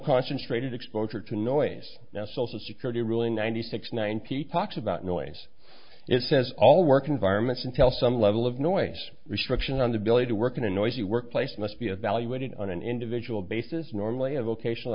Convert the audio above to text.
concentrated exposure to noise now social security ruling ninety six ninety talks about noise it says all work environments until some level of noise restriction on the ability to work in a noisy workplace must be evaluated on an individual basis normally a vocational